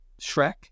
Shrek